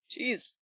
jeez